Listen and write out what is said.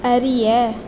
அறிய